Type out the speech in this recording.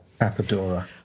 apodora